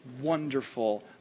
wonderful